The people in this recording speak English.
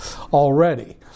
already